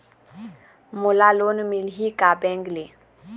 मोला लोन मिलही का बैंक ले?